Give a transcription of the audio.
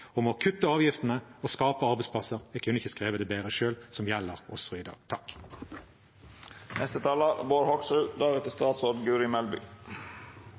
om å kutte avgiftene og skape arbeidsplasser – jeg kunne ikke ha skrevet det bedre selv – som gjelder også i dag.